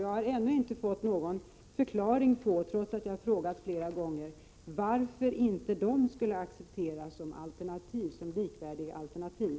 Jag har ännu inte, trots att jag har frågat flera gånger, fått någon förklaring till att de inte skulle accepteras som likvärdiga alternativ.